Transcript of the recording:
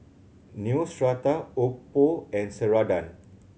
Neostrata Oppo and Ceradan